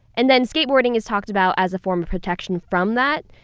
and then skateboarding is talked about as a form of protection from that.